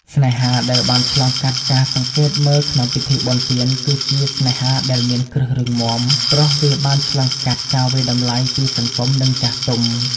ស្នេហាដែលបានឆ្លងកាត់ការសង្កេតមើលក្នុងពិធីបុណ្យទាន គឺជាស្នេហាដែល "មានគ្រឹះរឹងមាំ" ព្រោះវាបានឆ្លងកាត់ការវាយតម្លៃពីសង្គម និងចាស់ទុំ។